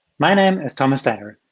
my name is thomas steiner.